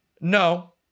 No